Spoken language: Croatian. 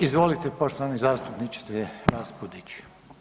Izvolite poštovani zastupniče Raspudić.